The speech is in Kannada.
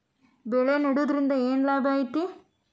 ಬೆಳೆ ನೆಡುದ್ರಿಂದ ಏನ್ ಲಾಭ ಐತಿ?